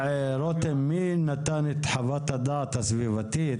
לשמוע מי נתן את חוות הדעת הסביבתית?